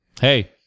Hey